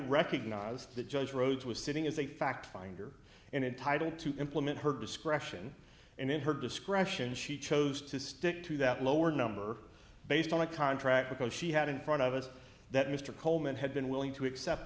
recognize that judge rhodes was sitting as a fact finder and entitled to implement her discretion and in her discretion she chose to stick to that lower number based on a contract because she had in front of us that mr coleman had been willing to accept